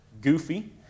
goofy